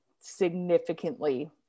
significantly